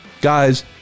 guys